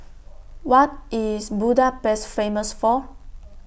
What IS Budapest Famous For